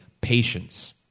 patience